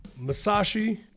Masashi